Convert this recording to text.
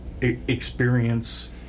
experience